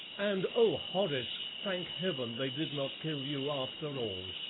and, oh, horace, thank heaven they did not kill you after all!